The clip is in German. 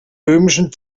böhmischen